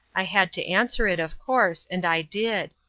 i had to answer it, of course, and i did.